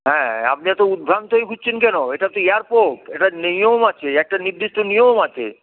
হ্যাঁ আপনি এত উদভ্রান্ত হয়ে ঘুরছেন কেন এটা তো এয়ারপোর্ট এটা নিয়ম আছে একটা নির্দিষ্ট নিয়ম আছে